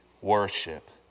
worship